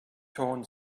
torn